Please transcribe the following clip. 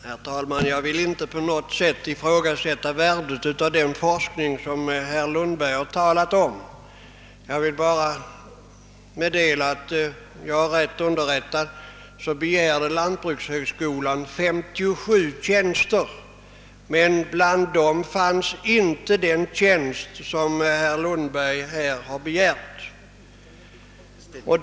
Herr talman! Jag ifrågasätter inte alls värdet av den forskning som herr Lundberg talade om. Men om jag är rätt informerad begärde lantbrukshögskolan 57 nya tjänster, och bland dem fanns inte den tjänst med som herr Lundberg talade för.